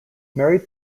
married